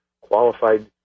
qualified